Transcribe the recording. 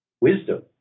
wisdom